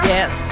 Yes